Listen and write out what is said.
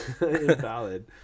invalid